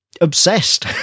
obsessed